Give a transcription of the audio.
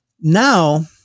Now